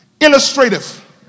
illustrative